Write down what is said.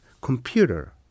computer